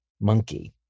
monkey